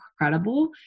incredible